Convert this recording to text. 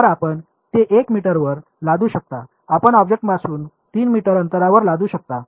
तर आपण ते 1 मीटरवर लादू शकता आपण ऑब्जेक्टपासून 3 मीटर अंतरावर लादू शकता